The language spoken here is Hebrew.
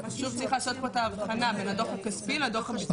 צריך לעשות פה את ההבחנה בי הדו"ח הכספי לדו"ח הביצועי.